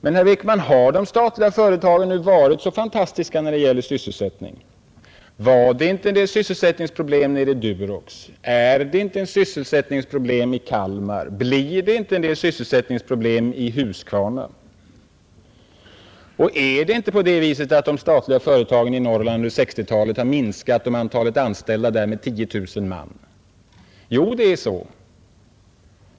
Men, herr Wickman, har de statliga företagen varit så fantastiska när det gäller sysselsättning? Var det inte en del sysselsättningsproblem nere i Durox? Är det inte sysselsättningsproblem i Kalmar? Blir det inte en del sysselsättningsproblem i Huskvarna? Och är det inte på det viset att de statliga företagen i Norrland under 1960-talet har minskat antalet anställda med 10 000 man? Jo, det är så.